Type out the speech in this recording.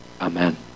Amen